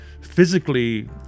physically